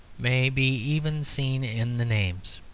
may be even seen in the names.